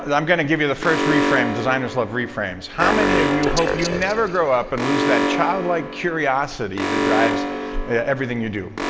i'm going to give you the first reframe. designers love reframes. how many of you hope you never grow up and lose that child-like curiosity that drives everything you do?